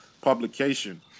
publication